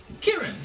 Kieran